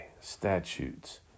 statutes